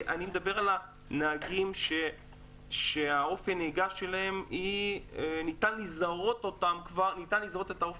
אני מדבר על נהגים שניתן לזהות את אופי